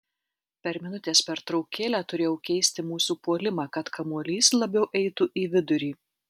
per minutės pertraukėlę turėjau keisti mūsų puolimą kad kamuolys labiau eitų į vidurį